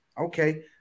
okay